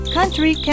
Country